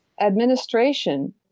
administration